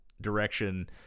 direction